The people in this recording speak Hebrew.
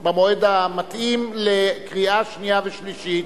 במועד המתאים לקריאה שנייה ושלישית.